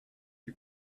you